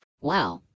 Wow